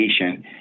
patient